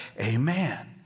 amen